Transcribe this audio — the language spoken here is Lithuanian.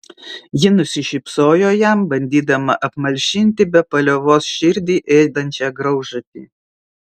ji nusišypsojo jam bandydama apmalšinti be paliovos širdį ėdančią graužatį